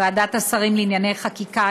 ועדת השרים לענייני חקיקה,